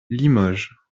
limoges